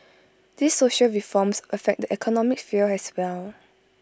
these social reforms affect the economic sphere as well